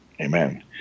Amen